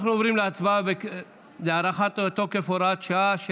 אנחנו עוברים להצבעה על הארכת תוקף הוראת השעה של